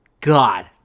God